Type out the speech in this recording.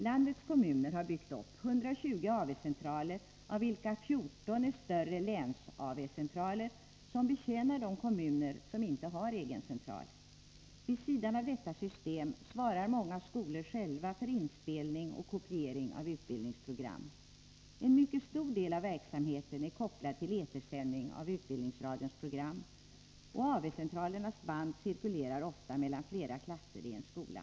Landets kommuner har byggt upp 120 AV-centraler, av vilka 14 är större läns-AV-centraler som betjänar de kommuner som inte har egen central. Vid sidan av detta system svarar många skolor själva för inspelning och kopiering av utbildningsprogram. En mycket stor del av verksamheten är kopplad till etersändningen av utbildningsradions program, och AV-centralernas band cirkulerar ofta mellan flera klasser i en skola.